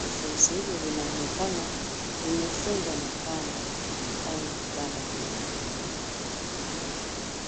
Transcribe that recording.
Vifurusi hivi vinaonekana vimefungwa na kamba au mkanda mweupe.